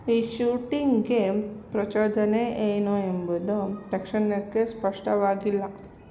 ಈ ಶೂಟಿಂಗ್ಗೆ ಪ್ರಚೋದನೆ ಏನು ಎಂಬುದು ತಕ್ಷಣಕ್ಕೆ ಸ್ಪಷ್ಟವಾಗಿಲ್ಲ